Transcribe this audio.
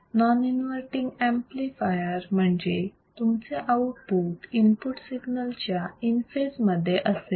non inverting amplifier म्हणजे तुमचे output input सिग्नलच्या इन फेज मध्ये असेल